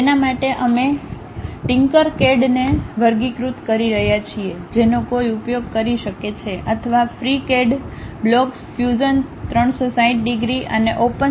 તેના માટે અમે ટિંકરકેડને વર્ગીકૃત કરી રહ્યાં છીએ જેનો કોઈ ઉપયોગ કરી શકે છે અથવા FreeCAD બ્લોક્સ ફ્યુઝન 360 ડિગ્રી અને OpenSCAD